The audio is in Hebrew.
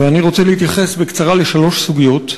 ואני רוצה להתייחס בקצרה לשלוש סוגיות.